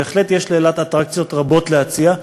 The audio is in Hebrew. בהחלט יש לאילת אטרקציות רבות להציע,